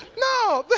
no.